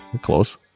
Close